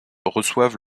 reçoivent